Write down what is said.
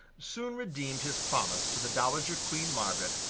soon redeemed his promise to the dowager queen margaret,